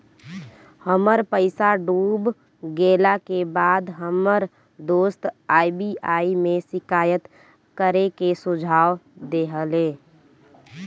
हमर पईसा डूब गेला के बाद हमर दोस्त आर.बी.आई में शिकायत करे के सुझाव देहले